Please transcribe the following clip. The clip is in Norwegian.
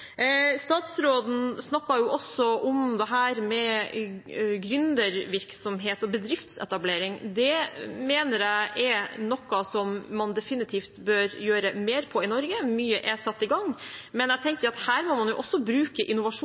Statsråden snakket jo også om dette med gründervirksomhet og bedriftsetablering. Dette mener jeg er noe man definitivt bør gjøre mer på i Norge. Mye er satt i gang, men jeg tenker at her må man også bruke Innovasjon